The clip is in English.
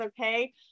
okay